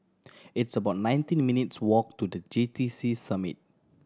it's about nineteen minutes' walk to The J T C Summit